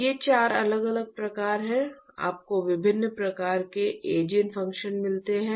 ये 4 अलग अलग प्रकार हैं आपको विभिन्न प्रकार के ईजेन फंक्शन मिलते हैं